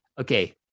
Okay